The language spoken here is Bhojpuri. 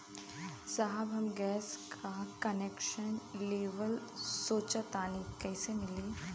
साहब हम गैस का कनेक्सन लेवल सोंचतानी कइसे मिली?